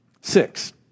Six